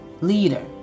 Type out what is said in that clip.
leader